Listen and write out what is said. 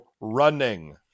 running